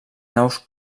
naus